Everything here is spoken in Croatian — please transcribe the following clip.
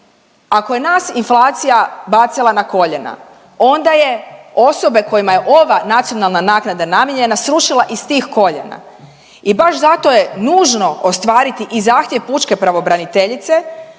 ako je nas inflacija bacila na koljena, onda je osobe kojima je ova nacionalna naknada namijenjena srušila i s tih koljena i baš zato je nužno ostvariti i zahtjev pučke pravobraniteljice